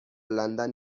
لندن